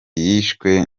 yishwe